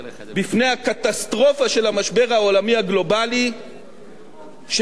של המשבר העולמי הגלובלי שמשתולל באירופה,